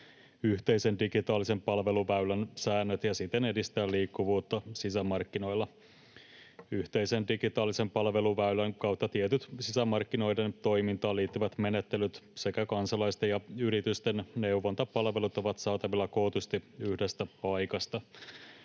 yhteisen digitaalisen palveluväylän säännöt ja siten edistää liikkuvuutta sisämarkkinoilla. Yhteisen digitaalisen palveluväylän kautta tietyt sisämarkkinoiden toimintaan liittyvät menettelyt sekä kansalaisten ja yritysten neuvontapalvelut ovat saatavilla kootusti yhdestä paikasta.